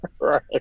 right